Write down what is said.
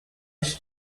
ich